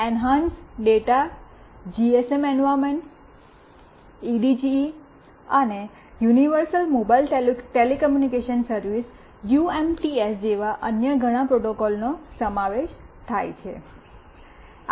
enhanced data GSM environment EDGE અને universal mobile telecommunication service UMTS જેવા અન્ય ઘણા પ્રોટોકોલોનો સમાવેશ થાય છે